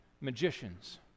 magicians